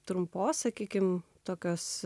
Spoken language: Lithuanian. trumpos sakykim tokios